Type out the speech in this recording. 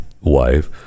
wife